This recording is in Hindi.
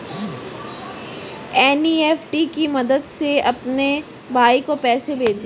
एन.ई.एफ.टी की मदद से अपने भाई को पैसे भेजें